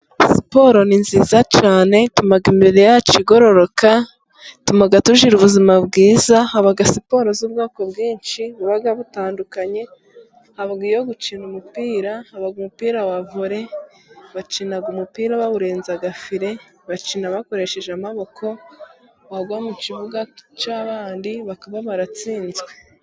Siporo ni nziza cyane ituma imibiri yacu igororoka, ituma tugira ubuzima bwiza, haba siporo z'ubwoko bwinshi buba butandukanye, haba iyo gukina umupira, haba umupira wa vore bakina umupira bawurenza fire, bakina bakoresheje amaboko wagwa mu kibuga cy'abandi bakaba baratsinzwe.